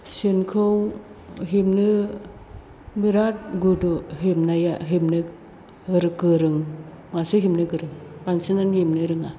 सेनखौ हेबनो बिराद गुदु हेबनाया हेबनो गोरोंआसो हेबनो गोरों बांसिनानो हेबनो रोंङा